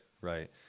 Right